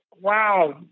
wow